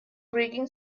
braking